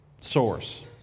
Source